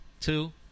two